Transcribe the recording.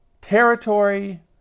territory